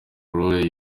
rule